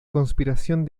conspiración